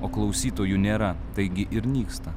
o klausytojų nėra taigi ir nyksta